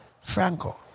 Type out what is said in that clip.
Franco